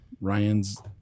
Ryan's